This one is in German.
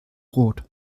rot